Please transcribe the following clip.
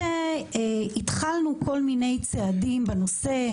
התחלנו מספר צעדים בנושא: